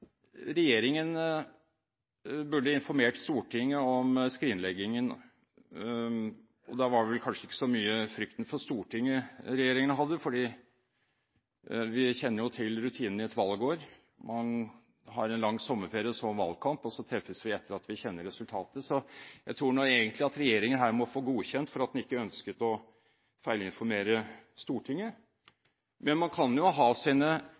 regjeringen burde informert Stortinget om skrinleggingen. Det var vel kanskje ikke så mye frykt for Stortinget regjeringen hadde, for vi kjenner jo til rutinene i et valgår: Man har en lang sommerferie, så en valgkamp, og så treffes vi etter at vi kjenner resultatet. Jeg tror egentlig at regjeringen her må få godkjent for at den ikke ønsket å feilinformere Stortinget, men man kan jo ha sine